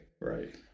Right